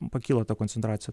pakyla ta koncentracija